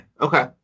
Okay